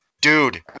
Dude